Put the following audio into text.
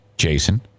Jason